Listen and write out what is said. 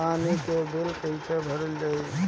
पानी के बिल कैसे भरल जाइ?